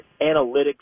analytics